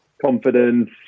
Confidence